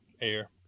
air